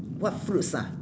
what fruits ah